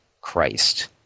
Christ